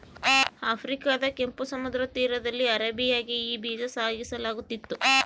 ಆಫ್ರಿಕಾದ ಕೆಂಪು ಸಮುದ್ರ ತೀರದಿಂದ ಅರೇಬಿಯಾಗೆ ಈ ಬೀಜ ಸಾಗಿಸಲಾಗುತ್ತಿತ್ತು